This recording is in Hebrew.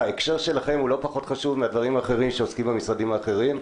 בהקשר שלכם הוא לא פחות חשוב מנושאים שעוסקים בהם במשרדים האחרים.